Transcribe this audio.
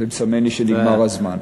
זה מסמן לי שנגמר הזמן.